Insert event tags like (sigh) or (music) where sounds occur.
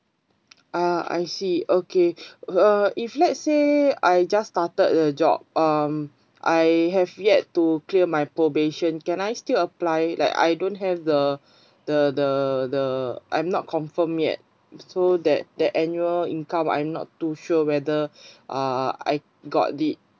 ah I see okay (breath) uh if let's say I just started the job um I have yet to clear my probation can I still apply that I don't have the the the the I'm not confirmed yet so that the annual income I'm not too sure whether (breath) uh I got it